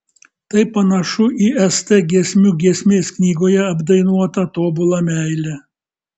tai panašu į st giesmių giesmės knygoje apdainuotą tobulą meilę